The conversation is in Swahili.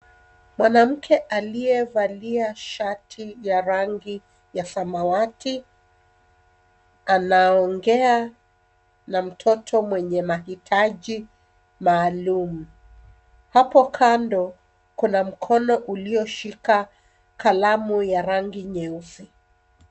Mwanamke aliyevalia shati ya rangi ya samawati, anaongea na mtoto mwenye mahitaji maalum. Hapo kando, kuna mkono ulioshika kalamu ya rangi nyeusi.